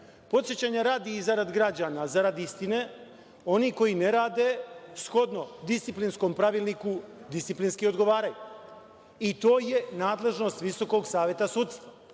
nerad. Podsećanja radi i zarad građana, zarad istine, oni koji ne rade shodno disciplinskom pravilniku disciplinski odgovaraju i to je nadležnost VSS.Ukoliko se